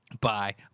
Bye